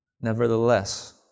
Nevertheless